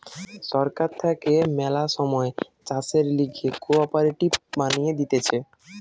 সরকার থাকে ম্যালা সময় চাষের লিগে কোঅপারেটিভ বানিয়ে দিতেছে